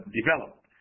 developed